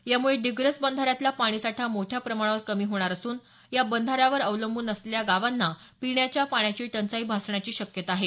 यामुळे डिग्रस बंधाऱ्यातला पाणीसाठा मोठ्या प्रमाणावर कमी होणार असून या बंधाऱ्यावर अवलंबून असलेल्या गावांना पिण्याच्या पाण्याची टंचाई भासण्याची शक्यता आहे